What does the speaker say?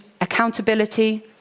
accountability